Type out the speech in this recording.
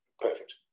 perfect